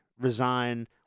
resign